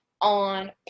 on